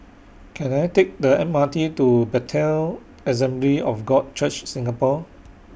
Can I Take The M R T to Bethel Assembly of God Church Singapore